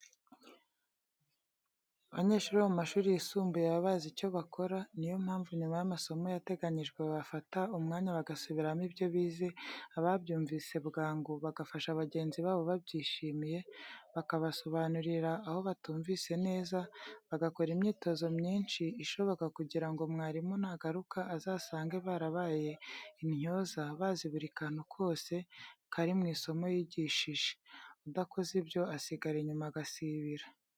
Abanyeshuri bo mu mashuri yisumbuye baba bazi icyo bakora, ni yo mpamvu nyuma y'amasomo yateganyijwe bafata umwanya bagasubiramo ibyo bize, ababyumvise bwangu bagafasha bagenzi babo babyishimiye, bakabasobanurira aho batumvise neza, bagakora imyitozo myinshi ishoboka kugira ngo mwarimu nagaruka azasange barabaye intyoza bazi buri kantu kose kari mu isomo yigishije. Udakoze ibyo asigara inyuma agasibira.